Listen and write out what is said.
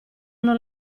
non